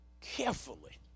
carefully